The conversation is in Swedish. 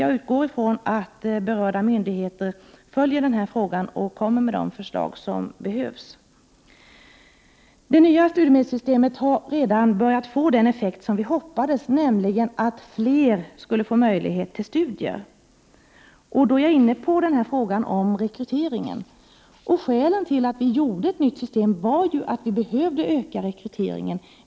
Jag utgår från att berörda myndigheter följer frågan och kommer med de förslag som behövs. Det nya studiemedelssystemet har redan börjat få den effekt som vi hade hoppats att det skulle få, nämligen att fler får möjlighet till studier. Nu är jag inne på frågan om rekryteringen. Skälen till att vi arbetade fram ett nytt system var att rekryteringen behövde utökas.